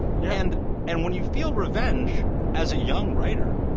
yeah and and when you feel revenge as a young writer,